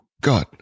God